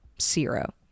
zero